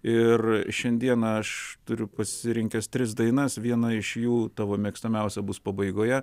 ir šiandieną aš turiu pasirinkęs tris dainas viena iš jų tavo mėgstamiausia bus pabaigoje